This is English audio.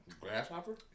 Grasshopper